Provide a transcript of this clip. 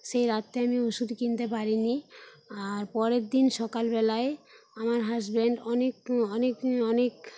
সেই রাত্রে আমি ওষুধ কিনতে পারিনি আর পরের দিন সকালবেলায় আমার হাজবেন্ড অনেক অনেক অনেক